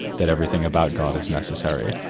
that everything about god is necessary,